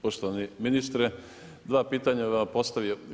Poštovani ministre, dva pitanja bi vam postavio.